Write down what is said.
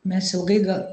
mes ilgai